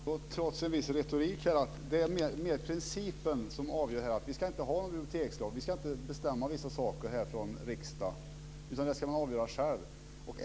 Fru talman! Jag uppfattar ändå, trots en viss retorik, att det är mer principen som avgör detta att vi inte ska ha någon bibliotekslag, att vi inte ska bestämma vissa saker från riksdagen, utan man ska avgöra själv.